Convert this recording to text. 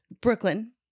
Brooklyn